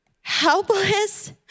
helpless